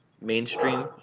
mainstream